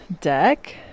deck